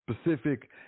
specific